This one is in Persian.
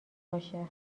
باشه